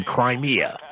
Crimea